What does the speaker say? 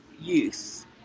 youth